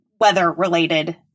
weather-related